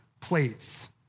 plates